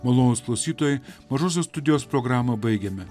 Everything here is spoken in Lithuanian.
uolos klausytojui rusų studijos programą baigiame